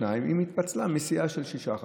שניים אם היא התפצלה מסיעה של שישה חברים.